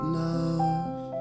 love